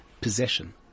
possession